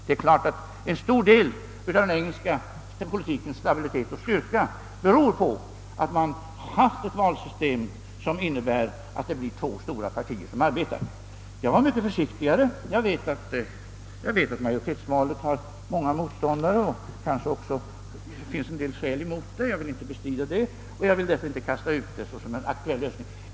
Det är klart att en stor del av den engelska politikens stabilitet och styrka beror på att man haft ett valsystem som innebär att det blir två stora partier som arbetar. Jag uttryckte mig mycket försiktigare, eftersom jag vet att majoritetsvalet har många motståndare och att det också finns en del skäl mot detta system. Jag ville därför inte kasta ut ett sådant förslag som en aktuell lösning.